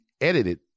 edited